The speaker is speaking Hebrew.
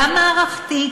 גם מערכתית